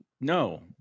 no